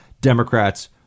Democrats